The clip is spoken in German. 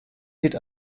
hielt